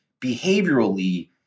behaviorally